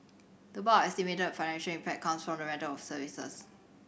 the bulk of the estimated financial impact comes from the rental of facilities